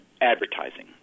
advertising